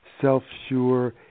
self-sure